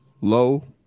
low